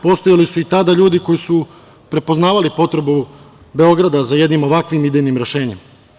Postojali su i tada ljudi koji su prepoznavali potrebu Beograda za jednim ovakvih idejnim rešenjem.